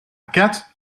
cat